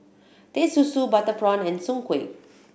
Teh Susu butter prawn and soon kway